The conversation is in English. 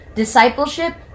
Discipleship